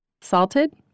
Salted